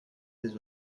des